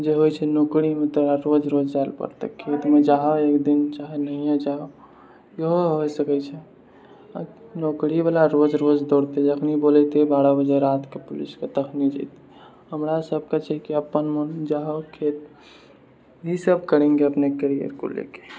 जे होइत छै नौकरीमे तऽ रोज रोज जाए ला पड़तै खेतमे जाहऽ एकदिन चाहे नहिए जाओ यहो होय सकैत छै आ नौकरीबला रोज रोज दोड़तै जखनि बुलेतै बारह बजे रातिके तखनि जेतय हमरा सबके छै अपन मोन जाओ खेतमे ई सब करेंगे अपने कैरियर को लेकर